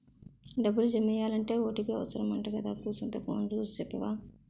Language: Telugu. డబ్బులు జమెయ్యాలంటే ఓ.టి.పి అవుసరమంటగదా కూసంతా ఫోను సూసి సెప్పవా